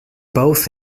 both